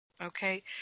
okay